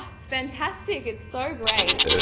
ah it's fantastic, it's so great.